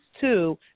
two